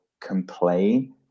complain